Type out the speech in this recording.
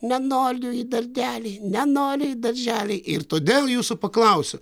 nenoliu į dalzelį nenoriu į darželį ir todėl jūsų paklausiu